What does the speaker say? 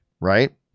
right